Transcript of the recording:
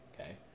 Okay